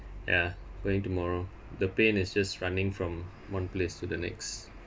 ya going tomorrow the pain is just running from one place to the next